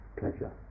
pleasure